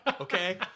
okay